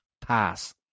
Pass